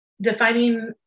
defining